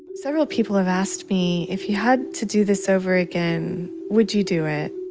several people have asked me, if you had to do this over again, would you do it?